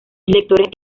lectores